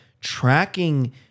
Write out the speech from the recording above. tracking